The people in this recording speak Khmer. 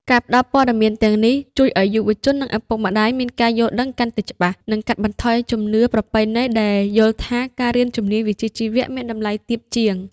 ការផ្តល់ព័ត៌មានទាំងនេះជួយឱ្យយុវជននិងឪពុកម្តាយមានការយល់ដឹងកាន់តែច្បាស់ និងកាត់បន្ថយជំនឿប្រពៃណីដែលយល់ថាការរៀនជំនាញវិជ្ជាជីវៈមានតម្លៃទាបជាង។